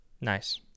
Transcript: Nice